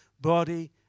body